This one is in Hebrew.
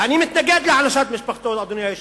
ואני מתנגד להענשת משפחתו, אדוני היושב-ראש,